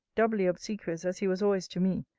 doubly obsequious as he was always to me,